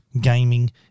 gaming